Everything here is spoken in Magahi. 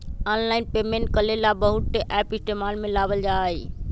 आनलाइन पेमेंट करे ला बहुत से एप इस्तेमाल में लावल जा हई